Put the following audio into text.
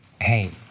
Hey